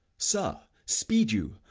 sir, speed you.